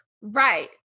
Right